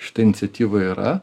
šita iniciatyva yra